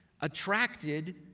attracted